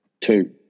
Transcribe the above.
Two